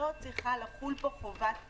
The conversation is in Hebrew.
לא צריכה לחול פה חובת פיצוי.